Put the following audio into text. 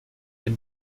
wenn